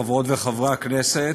חברות וחברי הכנסת,